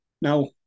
Now